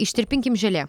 ištirpinkim želė